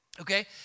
okay